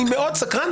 אני מאוד סקרן.